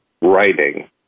writing